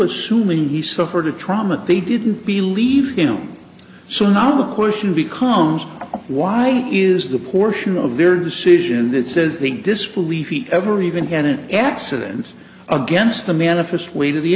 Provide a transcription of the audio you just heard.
assuming he suffered a trauma they didn't believe him so now the question becomes why is the portion of their decision that says the disbelief he ever even had an accident against the manifest weight of the